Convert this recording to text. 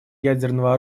ядерного